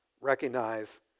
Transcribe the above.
recognize